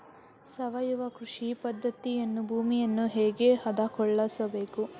ಸಾವಯವ ಕೃಷಿ ಪದ್ಧತಿಯಲ್ಲಿ ಭೂಮಿಯನ್ನು ಹೇಗೆ ಹದಗೊಳಿಸಬೇಕು?